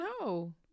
No